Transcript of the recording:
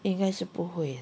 应该是不会 ah